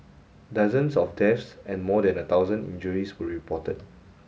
dozens of deaths and more than a thousand injuries were reported